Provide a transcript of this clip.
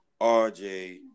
RJ